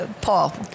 Paul